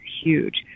huge